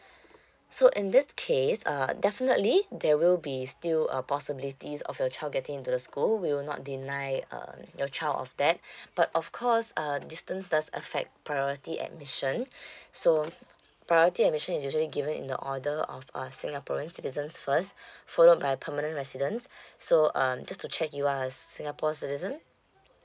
so in this case uh definitely there will be still a possibility of your child getting into the school we will not deny uh your child of that but of course uh distance does affect priority admission so priority admission is usually given in the order of uh singaporean citizen first followed by permanent resident so (um )just to check you are singapore citizen